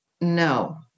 no